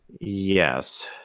Yes